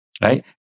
right